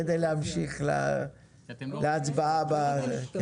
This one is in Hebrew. כדי להמשיך להצבעה בזה,